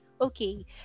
Okay